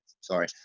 sorry